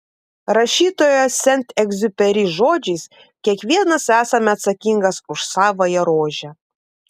rašytojo sent egziuperi žodžiais kiekvienas esame atsakingas už savąją rožę